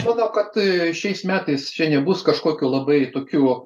aš manau kad šiais metais nebus kažkokių labai tokių